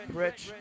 rich